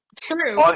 true